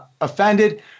offended